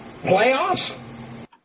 Playoffs